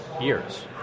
years